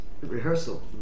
rehearsal